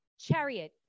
chariot